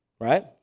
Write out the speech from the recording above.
right